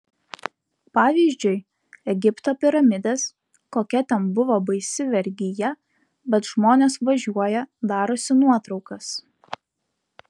pavyzdžiui egipto piramidės kokia ten buvo baisi vergija bet žmonės važiuoja darosi nuotraukas